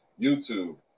YouTube